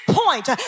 point